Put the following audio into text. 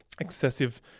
excessive